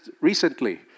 recently